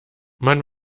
man